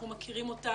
אנחנו מכירים אותם,